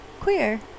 queer